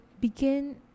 begin